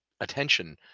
attention